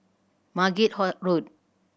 Margate Road